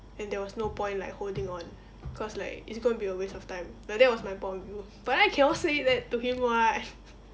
and there was no point like holding on cause like it's going to be a waste of time like that was my point of view but then I cannot say that to him [what]